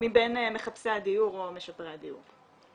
מבין מחפשי הדיור או משפרי הדיור.